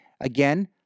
again